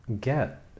get